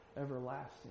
everlasting